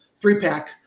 three-pack